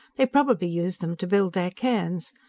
they probably use them to build their cairns.